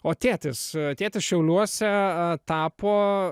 o tėtis tėtis šiauliuose tapo